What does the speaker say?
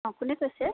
অঁ কোনে কৈছে